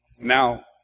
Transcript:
Now